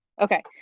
Okay